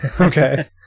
Okay